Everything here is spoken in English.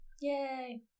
Yay